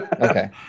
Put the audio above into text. Okay